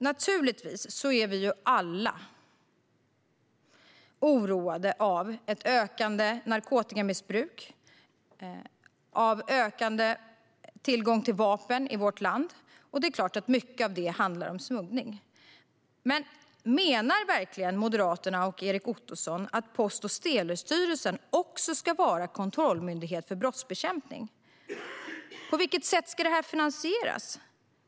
Naturligtvis är vi alla oroade av ett ökande narkotikamissbruk och en ökad tillgång till vapen i vårt land, och det är klart att mycket av det handlar om smuggling. Men menar verkligen Erik Ottosson och Moderaterna att Post och telestyrelsen också ska vara kontrollmyndighet för brottsbekämpning? På vilket sätt ska detta finansieras?